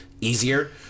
easier